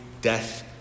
death